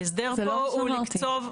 ההסדר פה הוא לקצוב.